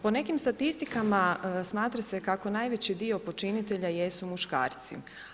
Po nekim statistikama smatra se kako najveći dio počinitelja jesu muškarci.